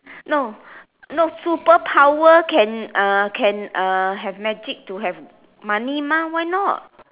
no no superpower can uh can uh have magic to have money mah why not